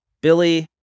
Billy